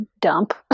dump